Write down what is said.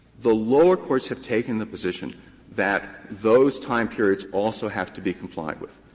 the lower courts have taken the position that those time periods also have to be complied with,